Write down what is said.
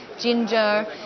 ginger